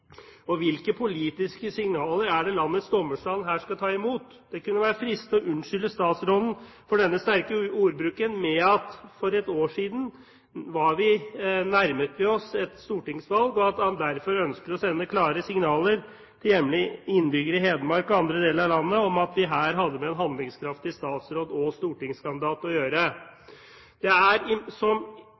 Og hvilke politiske signaler er det landets dommerstand her skal ta imot? Det kunne være fristende å unnskylde statsråden for denne sterke ordbruken med at vi for et år siden nærmet oss et stortingsvalg og at han derfor ønsket å sende klare signaler til hjemlige innbyggere i Hedmark og andre deler av landet om at vi her hadde med en handlingskraftig statsråd og stortingskandidat å gjøre. Det som imidlertid i dag og i denne innstillingen er